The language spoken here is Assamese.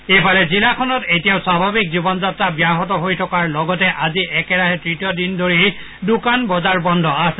ইফালে জিলাখনত এতিয়াও স্বাভাৱিক জীৱন যাত্ৰা ব্যাহত হৈ থকাৰ লগতে আজি একেৰাহে তৃতীয় দিন ধৰি দোকান বজাৰ বন্ধ আছে